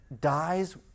dies